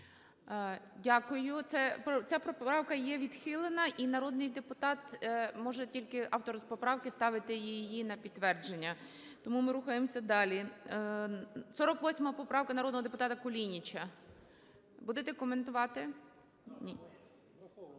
Дякую. Ця поправка є відхилена і народний депутат, може тільки автор поправки ставити її на підтвердження. Тому ми рухаємося далі. 48 поправка народного депутата Кулініча. Будете коментувати? Ні.